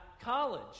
college